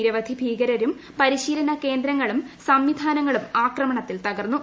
നിരവധി ഭീകരരും പരിശീലനകേന്ദ്രങ്ങളും സംവിധാനങ്ങളും ആക്രമണത്തിൽ തകർന്നു